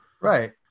Right